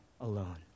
alone